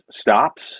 stops